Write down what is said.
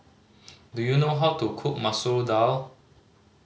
do you know how to cook Masoor Dal